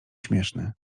śmieszny